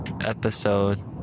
Episode